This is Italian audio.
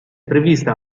prevista